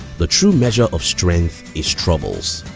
the true measure of strength is troubles.